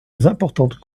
importantes